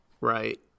Right